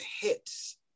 hits